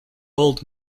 old